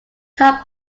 top